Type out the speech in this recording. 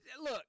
look